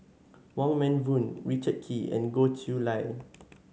Wong Meng Voon Richard Kee and Goh Chiew Lye